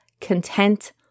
content